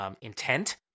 intent